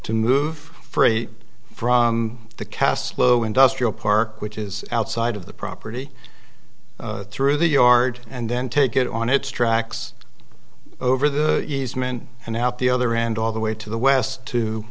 to move freight from the castillo industrial park which is outside of the property through the yard and then take it on its tracks over the easement and out the other end all the way to the